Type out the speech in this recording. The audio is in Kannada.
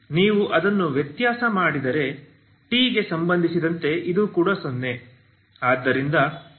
ನೀವು ಅದನ್ನು ವ್ಯತ್ಯಾಸ ಮಾಡಿದರೆ t ಗೆ ಸಂಬಂಧಿಸಿದಂತೆ ಇದು ಕೂಡ 0